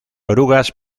orugas